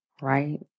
right